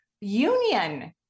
union